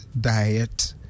diet